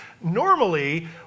Normally